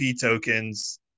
tokens